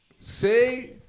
Say